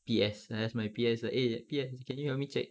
P_S I ask my P_S lah eh P_S can you help me check